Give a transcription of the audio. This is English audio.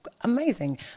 amazing